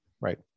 right